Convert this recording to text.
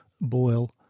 boil